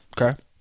Okay